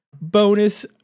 bonus